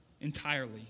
entirely